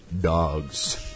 dogs